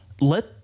let